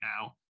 now